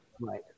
Right